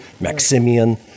Maximian